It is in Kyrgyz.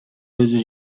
өзү